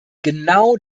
genau